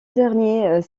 dernier